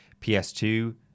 PS2